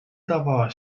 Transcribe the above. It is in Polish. dawała